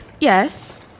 yes